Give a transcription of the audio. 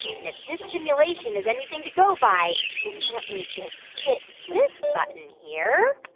and if this simulation is anything to go by let me just hit this button here